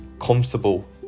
comfortable